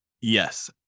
Yes